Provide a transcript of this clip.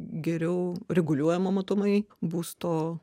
geriau reguliuojamą matomai būsto